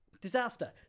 Disaster